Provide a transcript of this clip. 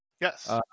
Yes